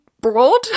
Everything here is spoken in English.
broad